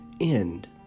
end